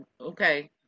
Okay